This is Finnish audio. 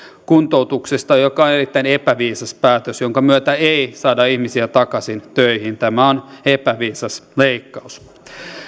kuntoutuksesta mikä on erittäin epäviisas päätös jonka myötä ei saada ihmisiä takaisin töihin tämä on epäviisas leikkaus